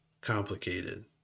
complicated